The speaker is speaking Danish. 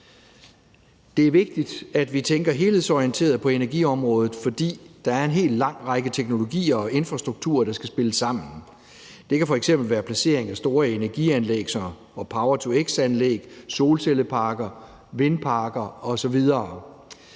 Det er vigtigt, at vi tænker helhedsorienteret på energiområdet, fordi der er en lang række teknologier og en infrastruktur, der skal spille sammen. Det kan f.eks. være placering af store energianlæg og power-to-x-anlæg, solcelleparker, vindparker osv.,